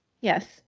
Yes